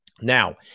now